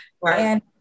Right